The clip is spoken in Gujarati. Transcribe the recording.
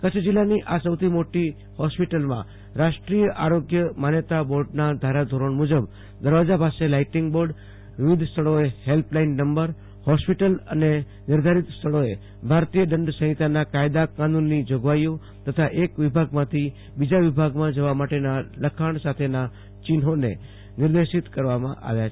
કચ્છ જિલ્લાની આ સૌથી મોટી હોસ્પિટલમા રાષ્ટ્રિય આરોગ્ય માન્યતા વોર્ડના ધારાધોરણ મુજબ મુજબ દરવાજા પાસે લાઈટીંગ બોર્ડ વિવિધ સ્થળોએ હેલ્પલાઈન નંબર હોસ્પિટલ અને નિર્ધારિત સ્થળોએ ભારતીય દંડ સંહિતાના કાયદા કાનુનની જોગવાહી તથા એક વિભાગમાંથી બીજા વિભાગમાં જવા માટેના લખાણ સાથેના ચિન્હોને નિર્દેશિત કરાવામા આવ્યા છે